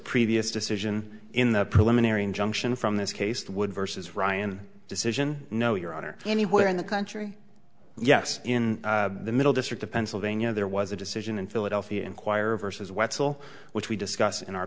previous decision in the preliminary injunction from this case that would versus ryan decision no your honor anywhere in the country yes in the middle district of pennsylvania there was a decision in philadelphia inquirer versus wetzel which we discussed in our